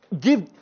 give